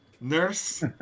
Nurse